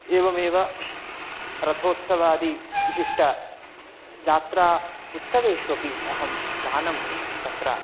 एवमेव रथोत्सवादि विशिष्ट जात्रा उत्सवेष्वपि अहं गानं तत्र